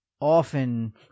often